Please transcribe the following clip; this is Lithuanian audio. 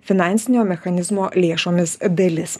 finansinio mechanizmo lėšomis dalis